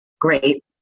Great